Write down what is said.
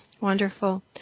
wonderful